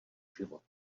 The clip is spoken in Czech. život